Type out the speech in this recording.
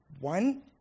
One